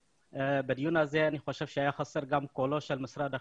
שבדיון הזה היה חסר קולו של משרד החינוך,